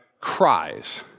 cries